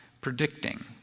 predicting